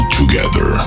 together